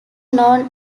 known